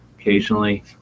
occasionally